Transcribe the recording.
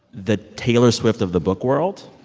the taylor swift of the book world